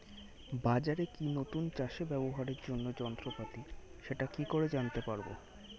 বাজারে কি নতুন চাষে ব্যবহারের জন্য যন্ত্রপাতি সেটা কি করে জানতে পারব?